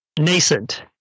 Nascent